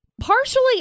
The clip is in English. partially